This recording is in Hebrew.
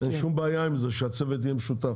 אין שום בעיה עם זה שהצוות יהיה משותף,